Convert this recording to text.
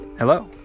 Hello